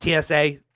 TSA